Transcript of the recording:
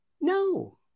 no